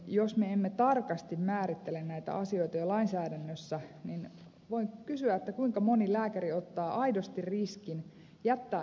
jos me emme tarkasti määrittele näitä asioita jo lainsäädännössä niin voi kysyä kuinka moni lääkäri ottaa aidosti riskin jättää ilmoittamatta